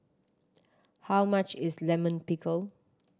how much is Lime Pickle